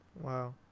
Wow